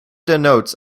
denotes